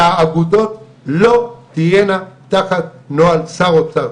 שהאגודות לא תהיינה תחת נוהל שר אוצר.